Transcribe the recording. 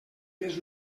més